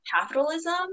capitalism